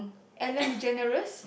ellen-degeneres